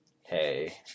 Hey